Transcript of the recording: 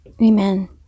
Amen